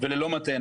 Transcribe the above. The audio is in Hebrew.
וללא מטען.